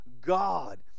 God